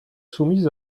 soumise